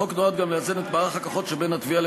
החוק נועד גם לאזן את מערך הכוחות שבין התביעה